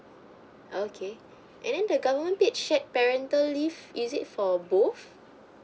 okay and then the government paid check parental leave is it for both